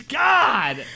god